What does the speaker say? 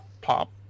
pop